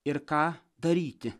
ir ką daryti